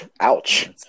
Ouch